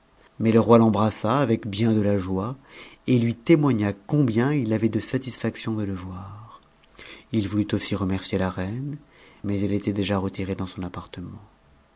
mais le'o l'embrassa avec bien de la joie et lui témoigna combien il avait tisfhction de le voir il voulut aussi remercier la reine mais etie était déjà retirée dans son appartement